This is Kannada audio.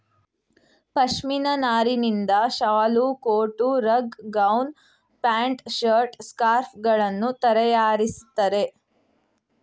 ಪಶ್ಮಿನ ನಾರಿನಿಂದ ಶಾಲು, coat, rug, gown, pant, shirt, scarf ಗಳನ್ನು ತರಯಾರಿಸ್ತರೆ